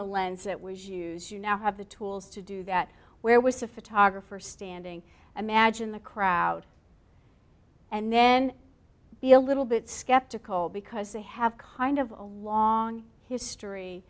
the lens that was use you now have the tools to do that where was a photographer sting imagine the crowd and then be a little bit skeptical because they have kind of a long history